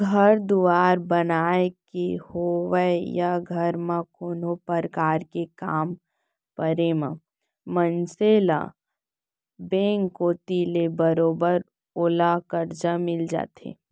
घर दुवार बनाय के होवय या घर म कोनो परकार के काम परे म मनसे मन ल बेंक कोती ले बरोबर ओला करजा मिल जाथे